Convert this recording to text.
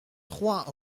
trois